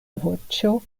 voĉo